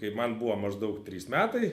kai man buvo maždaug trys metai